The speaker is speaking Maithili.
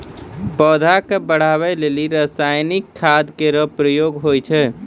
पौधा क बढ़ै लेलि रसायनिक खाद केरो प्रयोग होय छै